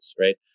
right